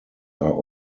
are